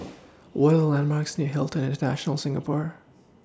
What Are The landmarks near Hilton International Singapore